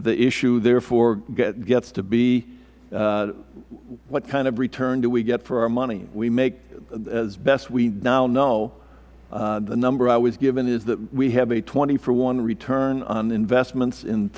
issue therefore gets to be what kind of return do we get for our money we make as best we now know the number i was given is that we have a twenty for one return on investments in